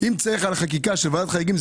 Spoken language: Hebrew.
אם צריך בחקיקה של ועדת החריגים,